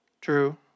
true